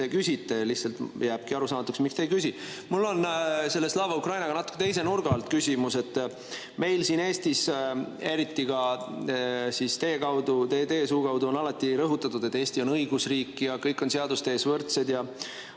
küsite. Lihtsalt jääbki arusaamatuks, miks te ei küsi. Mul on selle Slava Ukraini kohta natuke teise nurga alt küsimus. Meil siin Eestis – eriti ka teie kaudu, teie suu kaudu – on alati rõhutatud, et Eesti on õigusriik ja kõik on seaduse ees võrdsed.